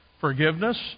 forgiveness